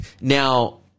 Now